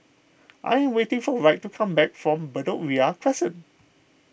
I waiting for Wright to come back from Bedok Ria Crescent